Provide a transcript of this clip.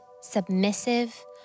submissive